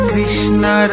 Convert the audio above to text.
Krishna